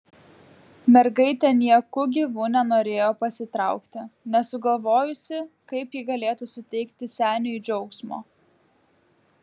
mergaitė nieku gyvu nenorėjo pasitraukti nesugalvojusi kaip ji galėtų suteikti seniui džiaugsmo